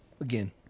again